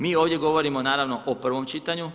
Mo ovdje govorimo, naravno o prvom čitanju.